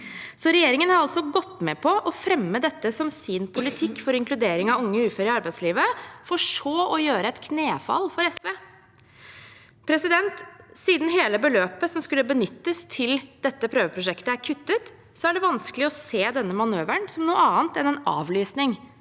Regjeringen har altså gått med på å fremme dette som sin politikk for inkludering av unge uføre i arbeidslivet, for så å gjøre et knefall for SV. Siden hele beløpet som skulle benyttes til dette prøveprosjektet, er kuttet, er det vanskelig å se denne manøveren som noe annet enn en avlysning